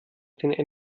den